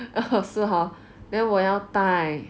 ya hor 是 hor then 我要带